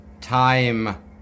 time